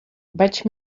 vaig